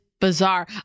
bizarre